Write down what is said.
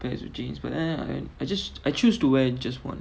types of jeans but then I just I choose to wear just one